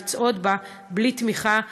לצעוד בה בלי תמיכה,